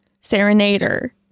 serenader